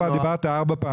אתה כבר דיברת ארבע פעמים.